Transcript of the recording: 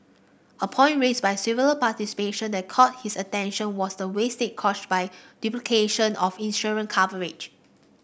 a point raised by several participation that caught his attention was the wastage caused by duplication of insurance coverage